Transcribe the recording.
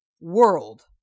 world